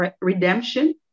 redemption